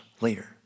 later